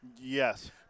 yes